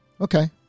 Okay